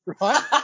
right